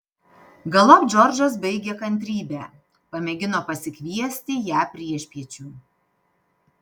galop džordžas baigė kantrybę pamėgino pasikviesti ją priešpiečių